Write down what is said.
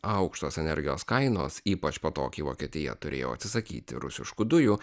aukštos energijos kainos ypač po to kai vokietija turėjo atsisakyti rusiškų dujų